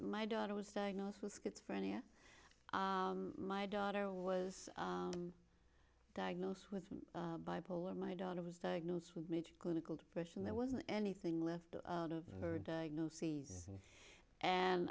my daughter was diagnosed with schizophrenia my daughter was diagnosed with bipolar my daughter was diagnosed with clinical depression there wasn't anything left out of her diagnoses and